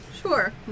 Sure